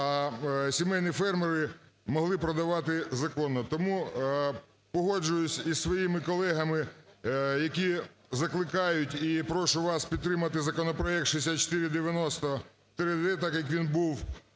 а сімейні фермери могли продавати законно. Тому погоджуюсь із своїми колегами, які закликають, і прошу вас підтримати законопроект 6490-д, так як він був